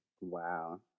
Wow